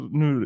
nu